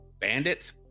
Bandits